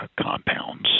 compounds